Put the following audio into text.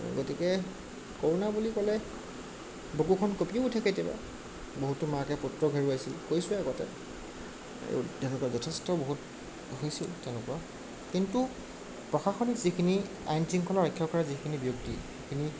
গতিকে কৰোণা বুলি ক'লে বুকুখন কঁপিও উঠে কেতিয়াবা বহুতো মাকে পুত্ৰক হেৰুৱাইছিল কৈছোঁৱেই আগতে তেনেকুৱা যথেষ্ট বহুত হৈছেও তেনেকুৱা কিন্তু প্ৰশাসনিক যিখিনি আইন শৃংখলা ৰক্ষা কৰা যিখিনি ব্যক্তি সেইখিনি